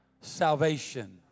salvation